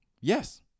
Yes